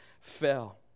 fell